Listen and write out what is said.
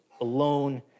alone